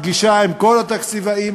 פגישה עם כל התקציבאים,